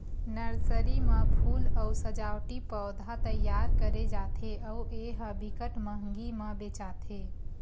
nursery म फूल अउ सजावटी पउधा तइयार करे जाथे अउ ए ह बिकट मंहगी म बेचाथे